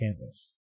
canvas